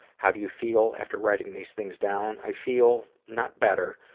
how do you feel after writing these things down? i feel not better,